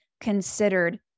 considered